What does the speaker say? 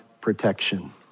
protection